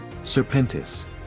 Serpentis